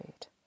food